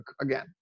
again